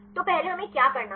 तो पहले हमें क्या करना है